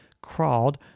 crawled